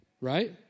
Right